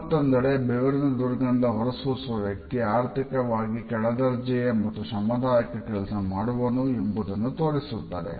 ಮತ್ತೊಂದೆಡೆ ಬೆವರಿನ ದುರ್ಗಂಧ ಹೊರಸೂಸುವ ವ್ಯಕ್ತಿ ಆರ್ಥಿಕವಾಗಿ ಕೆಳದರ್ಜೆಯ ಮತ್ತು ಶ್ರಮದಾಯಕ ಕೆಲಸ ಮಾಡುವವನು ಎಂಬುದನ್ನು ತೋರಿಸುತ್ತದೆ